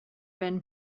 been